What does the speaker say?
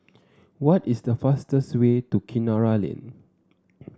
what is the fastest way to Kinara Lane